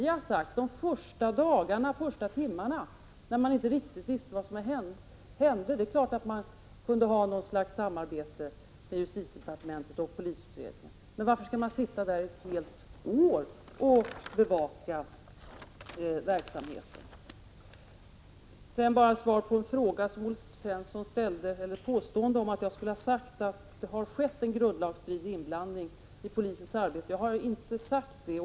Under de första dagarna, under de första timmarna, när man inte riktigt visste vad som hände kunde man naturligtvis ha något slags samarbete mellan justitiedepartementet och polisutredningen. Men varför skall en observatör sitta där nästan ett helt år och bevaka verksamheten? Olle Svensson påstod att jag hade sagt att det skett en grundlagsstridig inblandning polisens arbete. Jag har inte sagt det.